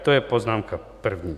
To je poznámka první.